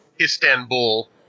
Istanbul